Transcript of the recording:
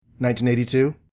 1982